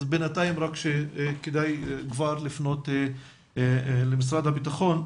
בינתיים נפנה למשרד הביטחון.